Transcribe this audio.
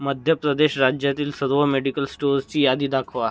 मध्यप्रदेश राज्यातील सर्व मेडिकल स्टोअर्सची यादी दाखवा